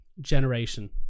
generation